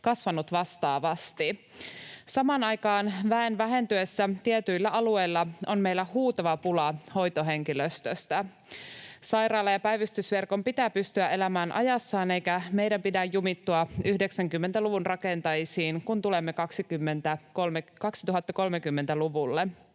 kasvanut vastaavasti. Samaan aikaan väen vähentyessä tietyillä alueilla on meillä huutava pula hoitohenkilöstöstä. Sairaala- ja päivystysverkon pitää pystyä elämään ajassaan, eikä meidän pidä jumittua 90-luvun rakenteisiin, kun tulemme 2030-luvulle.